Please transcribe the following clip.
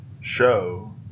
show